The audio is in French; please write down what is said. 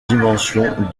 dimension